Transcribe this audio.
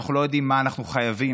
אנחנו לא יודעים מה אנחנו חייבים,